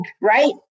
right